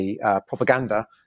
propaganda